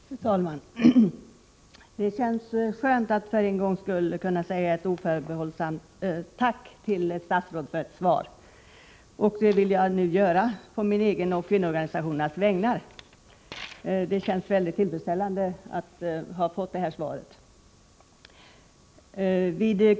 Fru talman! Det känns skönt att för en gångs skull kunna säga ett oförbehållsamt tack till ett statsråd för ett svar. Det vill jag göra nu, på mina egna och på kvinnoorganisationernas vägnar. Det känns mycket tillfredsställande att ha fått detta svar.